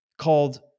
called